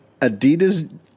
Adidas